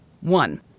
One